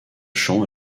chant